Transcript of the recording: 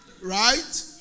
right